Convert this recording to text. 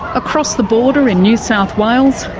across the border in new south wales,